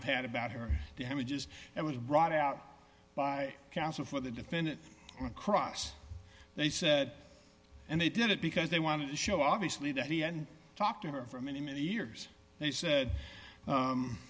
have had about her damages it was brought out by counsel for the defendant across they said and they did it because they wanted to show obviously that he and talked to her for many many years they said